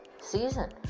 season